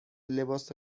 لباس